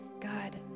God